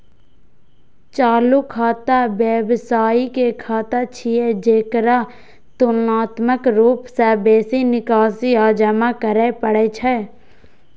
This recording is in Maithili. चालू खाता व्यवसायी के खाता छियै, जेकरा तुलनात्मक रूप सं बेसी निकासी आ जमा करै पड़ै छै